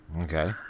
Okay